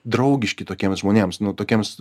draugiški tokiems žmonėms nu tokiems